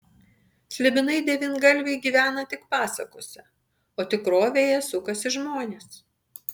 slibinai devyngalviai gyvena tik pasakose o tikrovėje sukasi žmonės